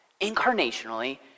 Incarnationally